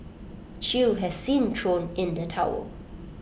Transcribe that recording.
chew has since thrown in the towel